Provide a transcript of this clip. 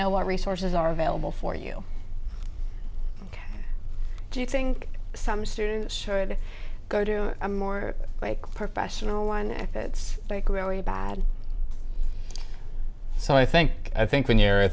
know what resources are available for you do you think some students should go to a more like professional one it's really bad so i think i think when you're